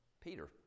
Peter